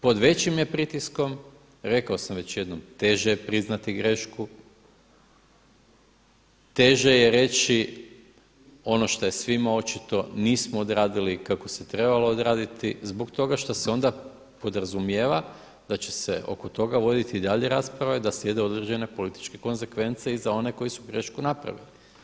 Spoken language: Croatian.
Pod većim je pritiskom, rekao sam već jednom teže je priznati grešku, teže je reći ono što je svima očito, nismo odradili ono kako se trebalo odraditi zbog toga što se onda podrazumijeva da će se oko toga voditi i dalje rasprava i da slijede određene političke konzekvence i za one koji su grešku napravili.